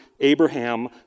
Abraham